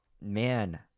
Man